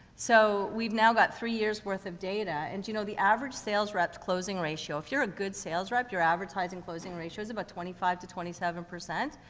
so we've now got three years worth of data. and, you know, the average sales rep's closing ratio, if you're a good sales rep, you're advertising closing ratio is about twenty five to twenty seven percent.